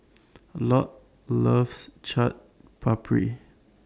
Lott loves Chaat Papri